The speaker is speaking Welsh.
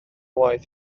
waith